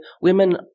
women